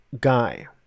guy